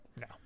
No